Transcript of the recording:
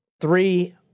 Three